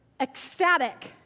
ecstatic